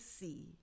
see